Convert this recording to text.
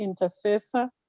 intercessor